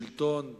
שלטון דיקטטורי,